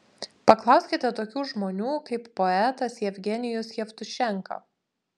paklauskite tokių žmonių kaip poetas jevgenijus jevtušenka